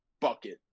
bucket